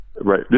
Right